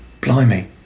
blimey